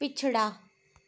पिछड़ा